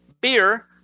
beer